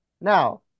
now